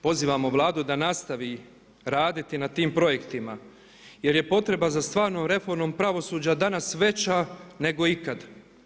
Pozivamo Vladu da nastavi raditi na tim projektima jer je potreba za stvarnom reformom pravosuđa danas veća nego ikada.